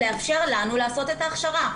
לאפשר לנו לעשות את ההכשרה.